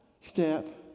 step